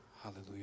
Hallelujah